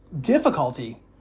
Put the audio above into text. difficulty